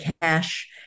Cash